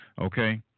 Okay